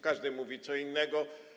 Każdy mówi co innego.